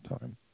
time